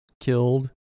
killed